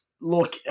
Look